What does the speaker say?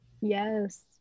yes